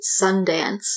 Sundance